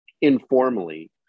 informally